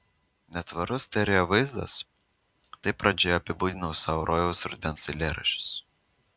netvarus stereo vaizdas taip pradžioje apibūdinau sau rojaus rudens eilėraščius